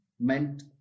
meant